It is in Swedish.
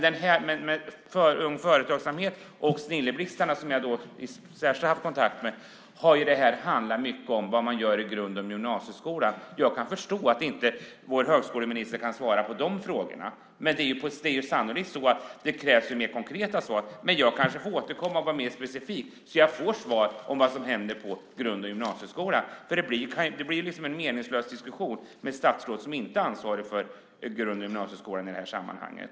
Men för Ung Företagsamhet och Snilleblixtarna, som jag särskilt har haft kontakt med, har det mycket handlat om vad man gör i grund och gymnasieskola. Jag kan förstå att vår högskoleminister inte kan svara på frågorna. Men det är sannolikt så att det krävs mer konkreta svar. Jag kanske får återkomma och vara mer specifik om vad som händer på grund och gymnasieskolan. Det blir en meningslös diskussion med ett statsråd som inte är ansvarig för grund och gymnasieskolan i det här sammanhanget.